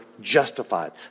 justified